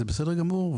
זה בסדר גמור,